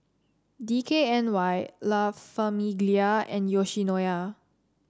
D K N Y La Famiglia and Yoshinoya